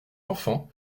enfants